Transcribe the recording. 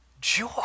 joy